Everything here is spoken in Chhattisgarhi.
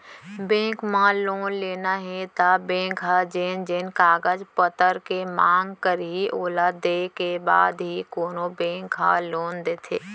बेंक म लोन लेना हे त बेंक ह जेन जेन कागज पतर के मांग करही ओला देय के बाद ही कोनो बेंक ह लोन देथे